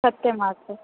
सत्यम् मास्तु